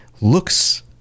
looks